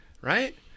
right